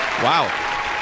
Wow